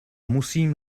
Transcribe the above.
musím